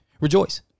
rejoice